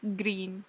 green